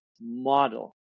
model